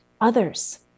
others